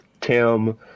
Tim